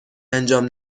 انجام